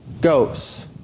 goes